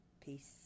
peace